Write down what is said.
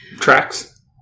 tracks